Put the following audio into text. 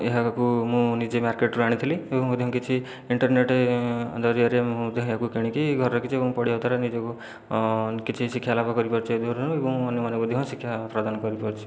ହଁ ଏହାକୁ ମୁଁ ନିଜେ ମାର୍କେଟରୁ ଆଣିଥିଲି ଏବଂ ମଧ୍ୟ କିଛି ଇଣ୍ଟରନେଟ୍ ଜରିଆରେ ମୁଁ ମଧ୍ୟ ଏହାକୁ କିଣିକି ଘରେ ରଖିଛି ଏବଂ ପଢ଼ିବା ଦ୍ୱାରା ନିଜକୁ କିଛି ଶିକ୍ଷା ଲାଭ କରିପାରୁଛି ଏଥିମଧ୍ୟରୁ ଏବଂ ଅନ୍ୟମାନେ ମଧ୍ୟ ଶିକ୍ଷା ପ୍ରଦାନ କରିପାରୁଛି